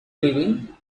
leaving